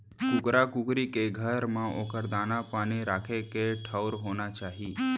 कुकरा कुकरी के घर म ओकर दाना, पानी राखे के ठउर होना चाही